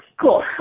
Cool